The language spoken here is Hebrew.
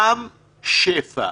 רם שפע,